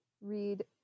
read